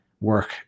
work